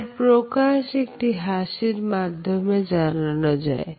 যার প্রকাশ একটি হাসির মাধ্যমে জানানো যায়